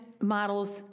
models